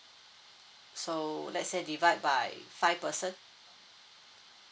so let's say divide by five person